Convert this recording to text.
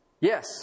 Yes